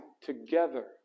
together